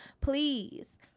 Please